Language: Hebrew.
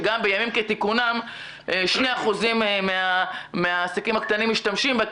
שגם בימים כתיקונם שני אחוזים מהעסקים הקטנים משתמשים בה.